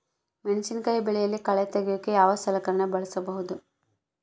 ಮೆಣಸಿನಕಾಯಿ ಬೆಳೆಯಲ್ಲಿ ಕಳೆ ತೆಗಿಯೋಕೆ ಯಾವ ಸಲಕರಣೆ ಬಳಸಬಹುದು?